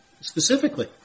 specifically